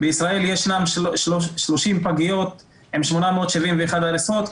בישראל ישנן 30 פגיות עם 871 עריסות,